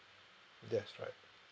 that's right